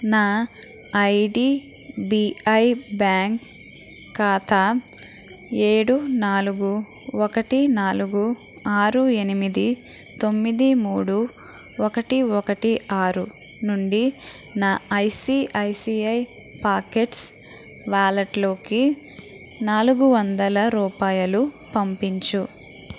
నా IDBI bank ఖాతా ఏడు నాలుగు ఒకటి నాలుగు ఆరు ఎనిమిది తొమ్మిది మూడు ఒకటి ఒకటి ఆరు నుండి నా ఐసిఐసిఐ పాకెట్స్ వ్యాలెట్లోకి నాలుగు వందల రూపాయలు పంపించు